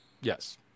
Yes